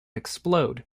explode